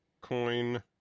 coin